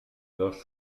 dos